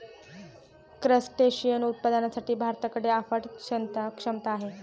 crustacean उत्पादनासाठी भारताकडे अफाट क्षमता आहे